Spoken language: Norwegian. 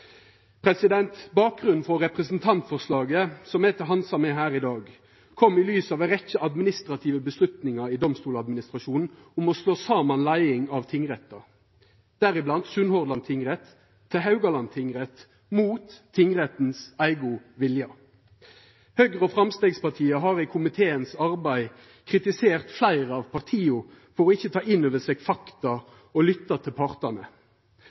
Bakgrunnen for representantforslaget som er til handsaming her i dag, er ei rekkje administrative vedtak i Domstoladministrasjonen om å slå saman leiing av tingrettar, deriblant Sunnhordland tingrett til Haugalandet tingrett mot tingretten sin eigen vilje. Høgre og Framstegspartiet har i arbeidet i komiteen kritisert fleire av partia for ikkje å ta inn over seg fakta og lytta til partane,